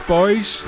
Boys